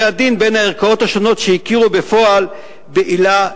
הדין בין הערכאות השונות שהכירו בפועל בעילה זו.